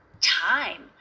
time